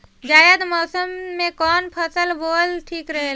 जायद मौसम में कउन फसल बोअल ठीक रहेला?